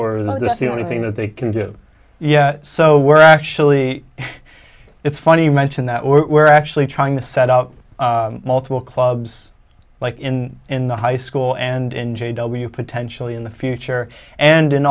or that's the only thing that they can do yeah so we're actually it's funny you mention that we're actually trying to set up multiple clubs like in in the high school and g w potentially in the future and